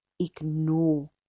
ignore